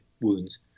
wounds